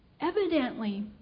Evidently